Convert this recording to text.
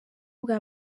bwa